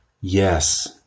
Yes